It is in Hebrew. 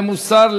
למוסר,